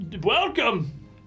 welcome